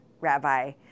rabbi